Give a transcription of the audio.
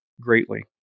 greatly